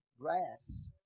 grass